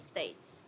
States